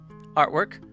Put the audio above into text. artwork